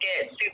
get